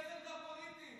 איזה עמדה פוליטית?